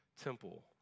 temple